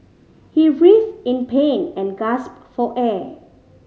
he writhed in pain and gasped for air